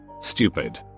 Stupid